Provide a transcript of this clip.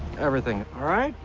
everything. all right,